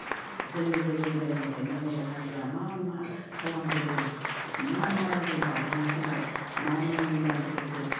जोंनि गोदो गोदानिफ्रायनो बर' हारिया मा मा खालामबोदों मा मा रायजो जाबोनाय समाव मा मा निदान खैफोद